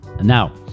now